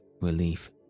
relief